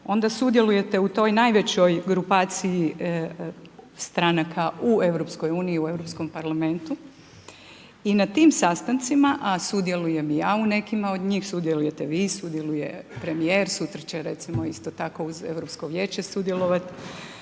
onda sudjelujete u toj najvećoj grupaciji stranaka u EU-u, u Europskom parlamentu i na tim sastancima a sudjelujem i ja u nekima od njih, sudjelujete vi, sudjeluje premijer, sutra će recimo isto tako uz Europsko vijeće sudjelovat,